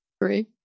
Three